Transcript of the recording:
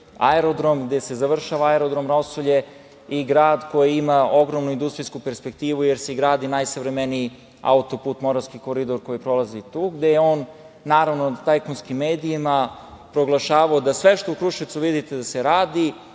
aerodrom, gde se završava Aerodrom „Rosulje“ i grad koji ima ogromnu industrijsku perspektivu, jer se gradi najsavremeniji autoput Moravski koridor koji prolazi tu. On je tajkunskim medijima proglašavao da sve što u Kruševcu vidite da se radi,